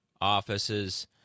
offices